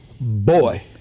boy